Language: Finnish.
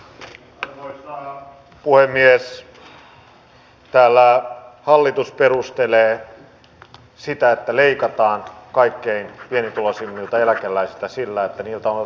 täällä hallitus perustelee sitä että leikataan kaikkein pienituloisimmilta eläkeläisiltä sillä että heiltä on otettu aikaisemminkin